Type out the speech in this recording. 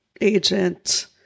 agent